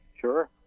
Sure